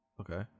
Okay